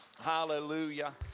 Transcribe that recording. Hallelujah